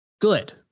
good